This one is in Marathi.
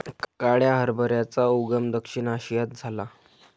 काळ्या हरभऱ्याचा उगम दक्षिण आशियात झाला